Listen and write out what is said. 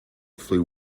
flew